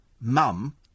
mum